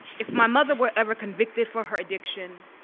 if my mother were ever convicted for her addiction,